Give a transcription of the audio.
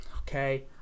okay